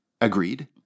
agreed